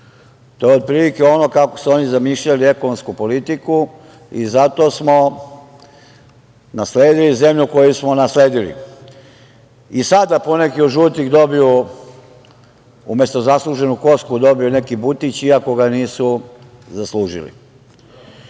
To je otprilike ono kako su oni zamišljali ekonomsku politiku i zato smo nasledili zemlju koju smo nasledili. I sada poneki od žutih, umesto zasluženu kosku, dobiju neki butić, iako ga nisu zaslužili. Mi